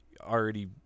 already